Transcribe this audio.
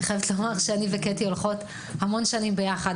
אני חייבת לומר שאני וקטי הולכות המון שנים ביחד.